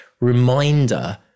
reminder